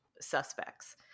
suspects